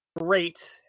great